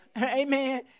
Amen